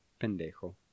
Pendejo